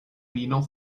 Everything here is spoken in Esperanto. vino